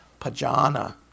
pajana